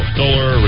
solar